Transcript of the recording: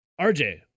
RJ